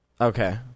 Okay